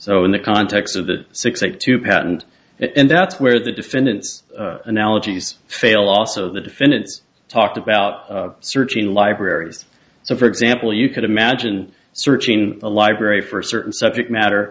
so in the context of the six eight to patent it and that's where the defendant analogies fail also the defendant talked about searching in libraries so for example you could imagine searching a library for a certain subject matter